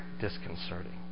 disconcerting